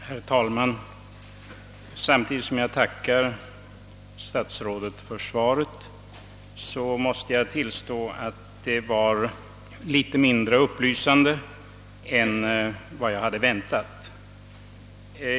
Herr talman! Samtidigt som jag tackar statsrådet för svaret måste jag tillstå att det var litet mindre upplysande än vad jag hade väntat.